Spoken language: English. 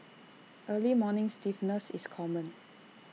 early morning stiffness is common